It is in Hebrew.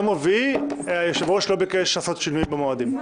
לגבי יום רביעי היושב-ראש לא ביקש לעשות שינוי במועדים.